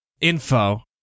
info